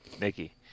Nikki